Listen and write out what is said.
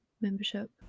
membership